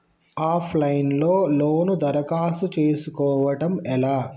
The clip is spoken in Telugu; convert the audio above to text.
ఆఫ్ లైన్ లో లోను దరఖాస్తు చేసుకోవడం ఎలా?